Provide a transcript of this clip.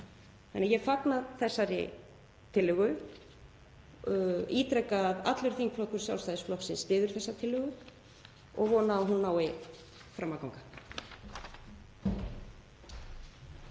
Þannig að ég fagna þessari tillögu og ítreka að allur þingflokkur Sjálfstæðisflokksins styður þessa tillögu og ég vona að hún nái fram að ganga.